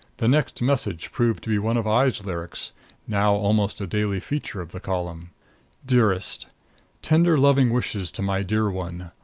the next message proved to be one of aye's lyrics now almost a daily feature of the column dearest tender loving wishes to my dear one.